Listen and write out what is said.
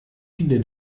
viele